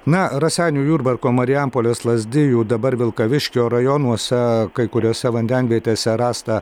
na raseinių jurbarko marijampolės lazdijų dabar vilkaviškio rajonuose kai kuriose vandenvietėse rasta